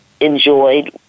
enjoyed